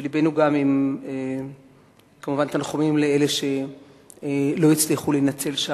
ותנחומים, כמובן, על אלה שלא הצליחו להינצל.